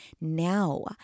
now